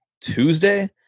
Tuesday